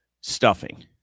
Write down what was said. stuffing